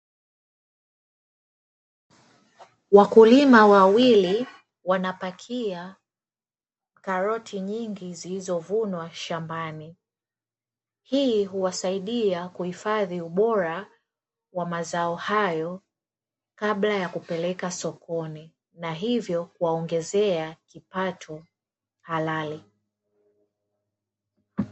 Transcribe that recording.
Wakulima wawili wanapakia karoti nyingi zilizovunwa shambani, hii huwasaidia kuhifadhi ubora wa mazao hayo kabla ya kupeleka sokoni na hivyo kuwaongezea kipato halali.